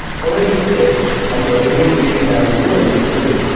follow these tips and your english reading level will improve.